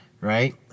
Right